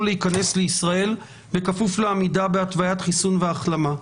להיכנס לישראל בכפוף לעמידה בהתוויית חיסון והחלמה.